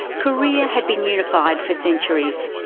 korea had been unified for centuries,